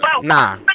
Nah